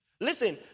Listen